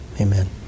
Amen